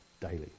daily